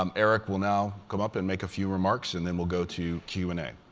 um eric will now come up and make a few remarks, and then we'll go to q and a.